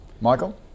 Michael